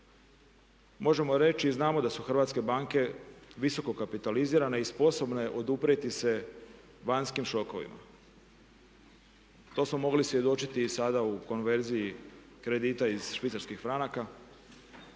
možemo reći i znamo da su hrvatske banke visoko kapitalizirane i sposobne oduprijeti se vanjskih šokovima. To smo mogli svjedočiti i sada u konverziji kredita iz švicarskih franaka.